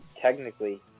technically